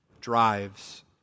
drives